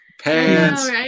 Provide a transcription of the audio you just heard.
Pants